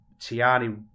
Tiani